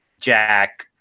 Jack